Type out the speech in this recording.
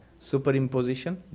superimposition